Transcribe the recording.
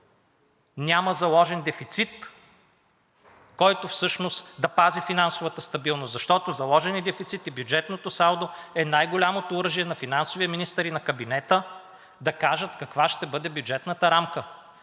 няма заложен дефицит, който всъщност да пази финансовата стабилност, защото заложеният дефицит и бюджетното салдо е най-голямото оръжие на финансовия министър и на кабинета да кажат каква ще бъде бюджетната рамка.